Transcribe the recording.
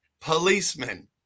policeman